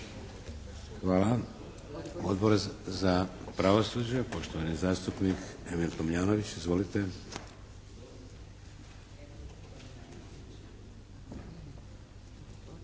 Hvala. Odbor za pravosuđe, poštovani zastupnik Emil Tomljanović. Izvolite!